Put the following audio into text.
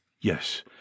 yes